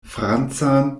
francan